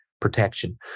protection